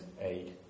aid